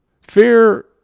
Fear